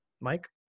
Mike